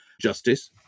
justice